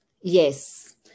Yes